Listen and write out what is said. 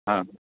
હા